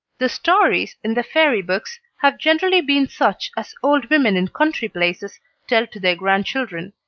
the stories in the fairy books have generally been such as old women in country places tell to their grandchildren.